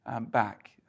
back